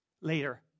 later